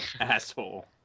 asshole